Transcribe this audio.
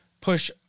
push